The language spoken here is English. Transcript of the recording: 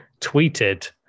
tweeted